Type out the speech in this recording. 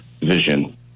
vision